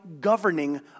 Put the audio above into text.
governing